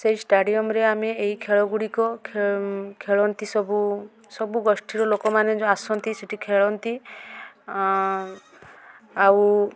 ସେଇ ଷ୍ଟାଡ଼ିୟମ୍ରେ ଆମେ ଏଇ ଖେଳଗୁଡ଼ିକ ଖେଳ ଖେଳନ୍ତି ସବୁ ସବୁ ଗୋଷ୍ଠୀର ଲୋକମାନେ ଆସନ୍ତି ସେଇଠି ଖେଳନ୍ତି ଆଉ